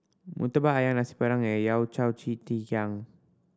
Murtabak Ayam Nasi Padang and yao ji